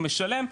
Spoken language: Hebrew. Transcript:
הוא משלם,